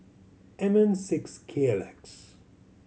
M N six K L X